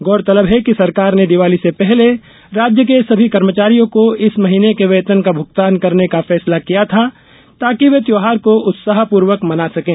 गौरतलब है कि सरकार ने दिवाली से पहले राज्य के सभी कर्मचारियों को इस महीने के वेतन का भूगतान करने का फैसला किया था ताकि वे त्यौहार को उत्साहपूर्वक मना सकें